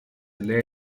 lei